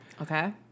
Okay